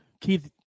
Keith